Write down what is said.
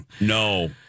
no